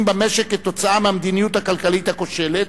במשק עקב המדיניות הכלכלית הכושלת,